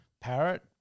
parrot